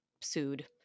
sued